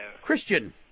Christian